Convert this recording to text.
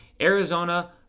Arizona